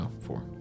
Four